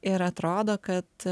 ir atrodo kad